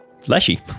fleshy